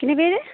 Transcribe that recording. किन्ने पेज़